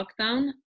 lockdown